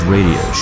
Radio